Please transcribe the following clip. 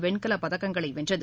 வெண்கலப் பதக்கங்களை வென்றது